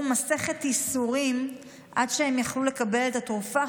מסכת ייסורים עד שהם יכלו לקבל את התרופה,